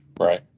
Right